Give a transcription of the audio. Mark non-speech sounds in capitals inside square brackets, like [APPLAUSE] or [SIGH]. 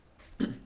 [COUGHS]